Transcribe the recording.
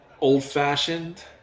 old-fashioned